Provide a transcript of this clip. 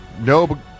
No